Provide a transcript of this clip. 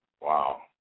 wow